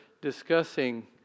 discussing